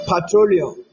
Petroleum